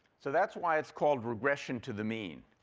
so that's why it's called regression to the mean.